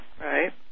Right